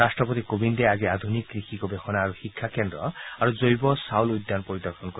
ৰট্টপতি কোবিন্দে আজি আধুনিক কৃষি গৱেষণা আৰু শিক্ষা কেন্দ্ৰ আৰু জৈৱ চাউল উদ্যান পৰিদৰ্শন কৰিব